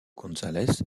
gonzalez